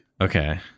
Okay